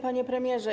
Panie Premierze!